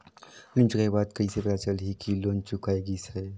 Loan चुकाय के बाद कइसे पता चलही कि लोन चुकाय गिस है?